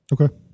Okay